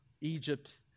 Egypt